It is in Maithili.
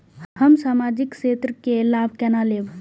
हम सामाजिक क्षेत्र के लाभ केना लैब?